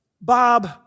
Bob